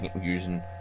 using